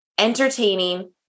Entertaining